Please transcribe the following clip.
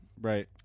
Right